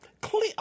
Clear